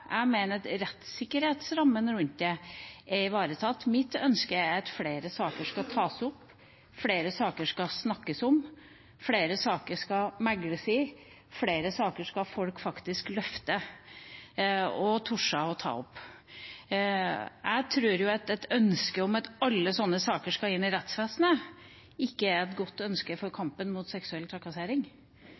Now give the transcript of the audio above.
Jeg mener at rettssikkerhetsrammen rundt det er ivaretatt. Mitt ønske er at flere saker skal tas opp, flere saker skal snakkes om, flere saker skal megles i og flere saker skal folk faktisk løfte og tørre å ta opp. Jeg tror at et ønske om at alle sånne saker skal inn i rettsvesenet, ikke er et godt ønske for kampen mot seksuell trakassering.